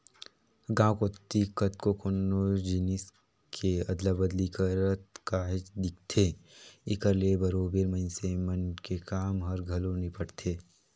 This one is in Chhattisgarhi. गाँव कोती कतको कोनो जिनिस के अदला बदली करत काहेच दिखथे, एकर ले बरोबेर मइनसे मन के काम हर घलो निपटथे